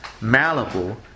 malleable